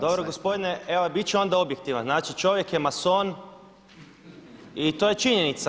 Dobro gospodine evo bit ću onda objektivan, znači čovjek je mason i to je činjenica.